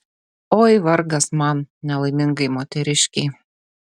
oi vargas man nelaimingai moteriškei